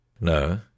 No